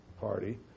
party